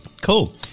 Cool